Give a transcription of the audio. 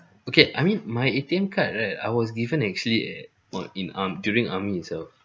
okay I mean my A_T_M card right I was given actually uh on in arm~ during army itself